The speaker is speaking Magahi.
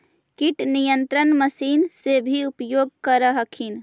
किट नियन्त्रण मशिन से भी उपयोग कर हखिन?